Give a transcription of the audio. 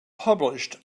published